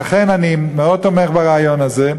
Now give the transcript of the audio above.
לכן אני מאוד תומך ברעיון הזה,